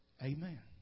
Amen